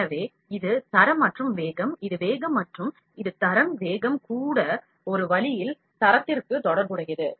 எனவே இது தரம் மற்றும் வேகம் இது வேகம் மற்றும் இது தரம் வேகம் கூட ஒரு வழியில் தரத்திற்கு தொடர்புடையது